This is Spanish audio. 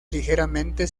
ligeramente